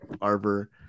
Arbor